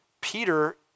Peter